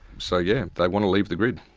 so yeah, they want to leave the grid.